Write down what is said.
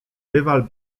rywal